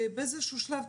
באיזשהו שלב,